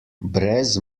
brez